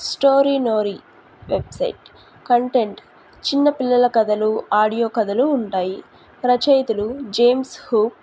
story నోరీ website content చిన్న పిల్లల కథలు ఆడియో కథలు ఉంటాయి రచయితులు జేమ్స్ హూక్